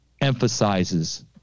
emphasizes